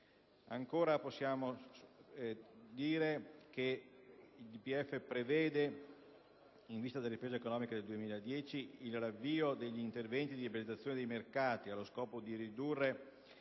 meridionali. Inoltre il DPEF prevede, in vista della ripresa economica del 2010, il riavvio degli interventi di liberalizzazione dei mercati, allo scopo di ridurre